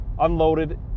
unloaded